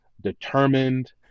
determined